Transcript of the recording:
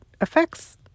affects